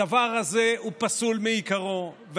הדבר הזה פסול מעיקרו,